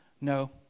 No